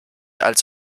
als